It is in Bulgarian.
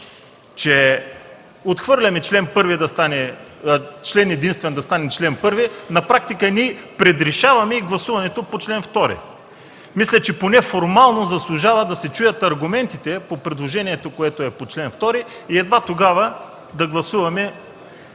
че отхвърляме член единствен да стане чл. 1, на практика ние предрешаваме и гласуването по чл. 2. Мисля, че поне формално заслужава да се чуят аргументите по предложението, което е по чл. 2, и едва тогава да гласуваме